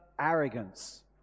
arrogance